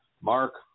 Mark